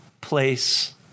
place